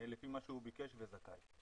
לפי מה שהוא ביקש וזכאי.